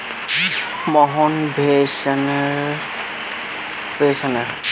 मोहन पोषण तत्व प्रबंधनेर द्वारा होने वाला लाभेर बार जानकारी दी छि ले